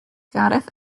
gareth